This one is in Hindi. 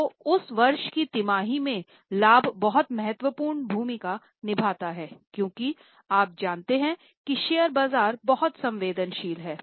तो उस वर्ष की तिमाही में लाभ बहुत महत्वपूर्ण भूमिका निभाता है क्योंकि आप जानते हैं कि शेयर बाजार बहुत संवेदनशील हैं